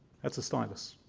that's a stylus,